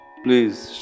please